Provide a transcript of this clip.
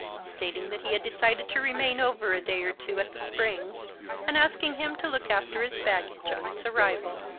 stating that he had decided to remain over a day or two at the springs and asking him to look after his baggage on its arrival.